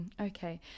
Okay